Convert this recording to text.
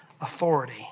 authority